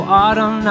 autumn